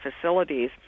facilities